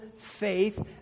faith